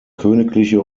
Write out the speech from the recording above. königliche